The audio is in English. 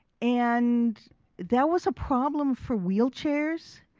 and that was a problem for wheelchairs.